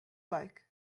like